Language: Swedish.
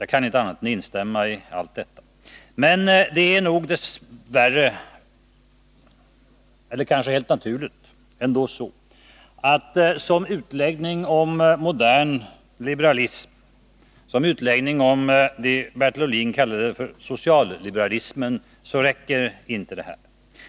Jag kan inte annat än instämma i allt detta. Men det är nog dess värre — eller kanske helt naturligt — ändå så att som utläggning om modern liberalism och som utläggning om det Bertil Ohlin kallade socialliberalismen räcker inte detta.